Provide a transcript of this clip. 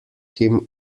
him